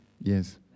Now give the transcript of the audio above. Yes